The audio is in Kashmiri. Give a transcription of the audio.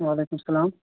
وَعلیکُم اَسَلام